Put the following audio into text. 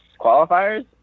qualifiers